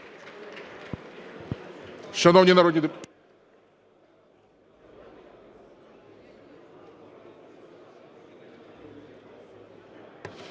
Дякую.